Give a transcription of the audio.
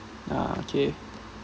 ya okay